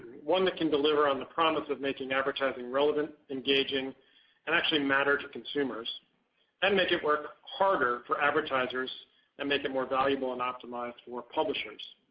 one that can deliver on the promise of making advertising relevant, engaging and actually matter to consumers and make it work harder for advertisers and make it more valuable and optimized for publishers.